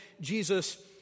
Jesus